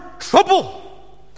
trouble